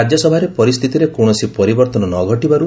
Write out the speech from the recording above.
ରାଜ୍ୟସଭାରେ ପରିସ୍ଥିତିରେ କୌଣସି ପରିବର୍ତ୍ତନ ନ ଘଟିବାରୁ